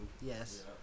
Yes